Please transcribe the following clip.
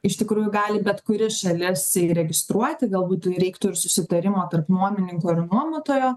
iš tikrųjų gali bet kuri šalis įregistruoti galbūt reiktų ir susitarimo tarp nuomininko ir nuomotojo